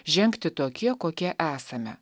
žengti tokie kokie esame